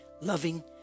loving